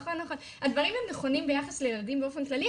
הדברים הם נכונים ביחס לילדים באופן כללי,